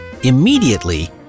Immediately